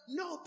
no